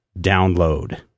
download